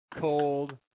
cold